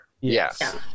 Yes